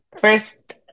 first